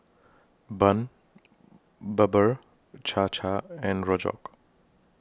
Bun Bubur Cha Cha and Rojak